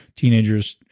teenagers,